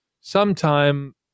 sometime